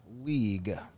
League